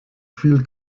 viel